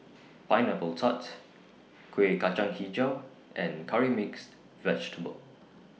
Pineapple Tart Kueh Kacang Hijau and Curry Mixed Vegetable